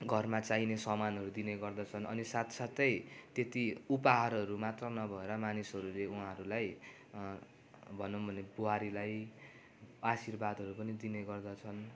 घरमा चाहिने सामनहरू दिने गर्दछन् अनि साथ साथै त्यति उपहारहरू मात्र नभएर मानिसहरूले उहाँहरूलाई भनौँ भने बुहारीलाई आशीर्वादहरू पनि दिने गर्दछन्